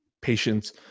patients